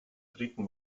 treten